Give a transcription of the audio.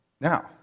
Now